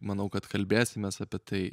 manau kad kalbėsimės apie tai